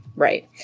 Right